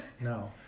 No